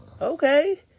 Okay